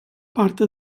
parte